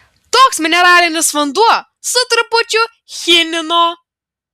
toks mineralinis vanduo su trupučiu chinino